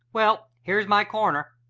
well, here's my corner.